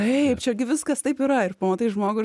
taip čia gi viskas taip yra ir pamatai žmogų